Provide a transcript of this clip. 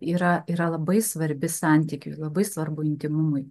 yra yra labai svarbi santykiui labai svarbu intymumui